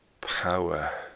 Power